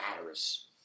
matters